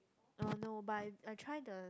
uh no but I I try the